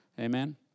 Amen